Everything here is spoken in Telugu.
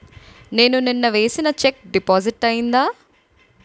నేను నిన్న వేసిన చెక్ డిపాజిట్ అయిందా?